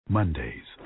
Mondays